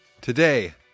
today